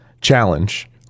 Challenge